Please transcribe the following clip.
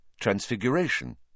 Transfiguration